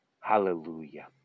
Hallelujah